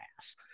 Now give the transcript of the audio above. ass